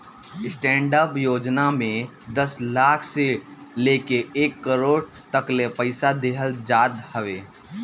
stand up योजना में दस लाख से लेके एक करोड़ तकले पईसा देहल जात हवे